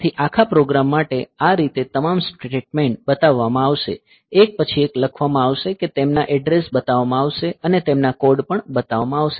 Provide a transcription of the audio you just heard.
તેથી આખા પ્રોગ્રામ માટે આ રીતે તમામ સ્ટેટમેન્ટ બતાવવામાં આવશે એક પછી એક લખવામાં આવશે કે તેમના એડ્રેસ બતાવવામાં આવશે અને તેમના કોડ પણ બતાવવામાં આવશે